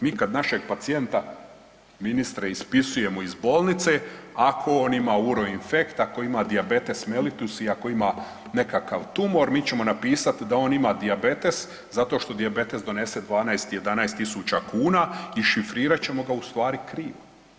Mi kad našeg pacijenta ministre ispisujemo iz bolnice ako on ima uroinfekt, ako ima dijabetes melitus i ako ima nekakav tumor mi ćemo napisat da on ima dijabetes zato što dijabetes donese 12-11.000 kuna i šifrirat ćemo ga u stvari krivo.